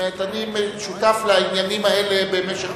אם אתה מבדיל בין גושי ההתיישבות הגדולים ובין מקומות